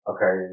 Okay